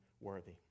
worthy